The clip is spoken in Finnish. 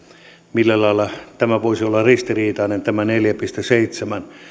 millä lailla tämä voisi olla ristiriitainen tämän neljän pilkku seitsemän